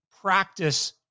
practice